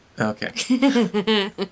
Okay